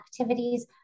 activities